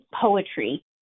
poetry